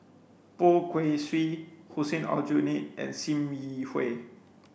Poh Kay Swee Hussein Aljunied and Sim Yi Hui